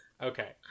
okay